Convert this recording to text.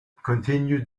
continue